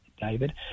David